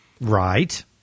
Right